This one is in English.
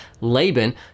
Laban